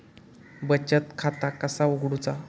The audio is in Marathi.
बचत खाता कसा उघडूचा?